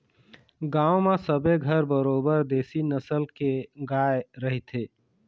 गांव म सबे घर बरोबर देशी नसल के गाय रहिथे